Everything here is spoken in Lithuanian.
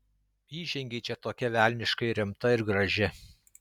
įžengei čia tokia velniškai rimta ir graži